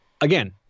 Again